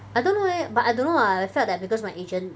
I don't know leh but I don't know lah I felt that because my agent